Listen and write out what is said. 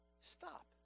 stop